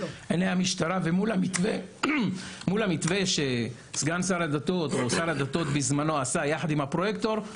עיני המשטרה ומול המתווה ששר הדתות עשה בזמנו ביחד עם הפרויקטור הוא